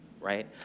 right